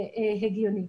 הגיוני.